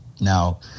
Now